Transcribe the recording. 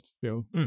feel